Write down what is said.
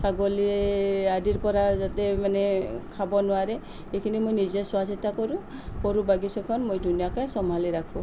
ছাগলী আদিৰপৰা যাতে মানে খাব নোৱাৰে এইখিনি মই নিজে চোৱা চিতা কৰোঁ সৰু বাগিচাখন মই ধুনীয়াকৈ চম্ভালি ৰাখোঁ